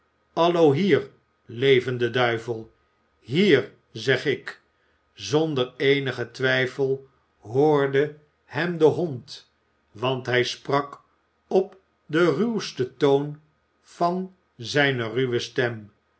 allo hier levende duivel hier zeg ik zonder eenigen twijfel hoorde hem de hond want hij sprak op den ruwsten toon van zijne ruwe stem